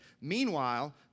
Meanwhile